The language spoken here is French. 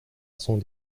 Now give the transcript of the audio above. sont